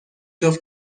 جفت